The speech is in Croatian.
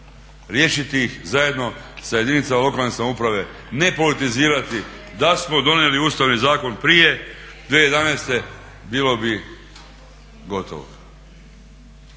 Riješiti ih zajedno sa jedinicama lokalne samouprave, ne politizirati. Da smo donijeli Ustavni zakon prije 2011. bilo bi gotovo.